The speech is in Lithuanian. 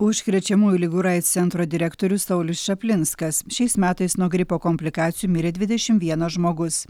užkrečiamųjų ligų ir aids centro direktorius saulius čaplinskas šiais metais nuo gripo komplikacijų mirė dvidešimt vienas žmogus